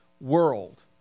world